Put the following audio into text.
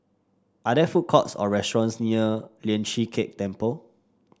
are there food courts or restaurants near Lian Chee Kek Temple